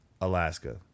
Alaska